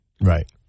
Right